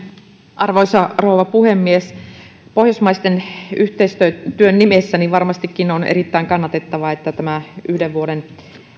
arvoisa rouva puhemies pohjoismaisen yhteistyön nimessä varmastikin on erittäin kannatettavaa että tämä yhden vuoden